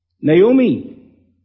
Naomi